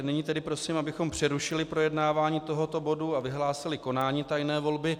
Nyní prosím, abychom přerušili projednávání tohoto bodu a vyhlásili konání tajné volby.